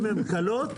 אם הן קלות.